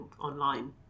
online